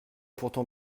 pourtant